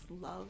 love